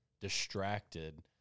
distracted